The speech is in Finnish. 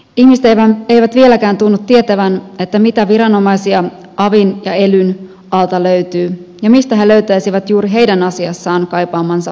ihmiset eivät vieläkään tunnu tietävän mitä viranomaisia avin ja elyn alta löytyy ja mistä he löytäisivät juuri heidän asiassaan kaipaamansa viranomaisen